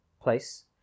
place